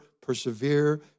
persevere